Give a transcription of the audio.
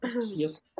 Yes